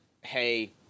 hey